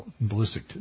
ballistic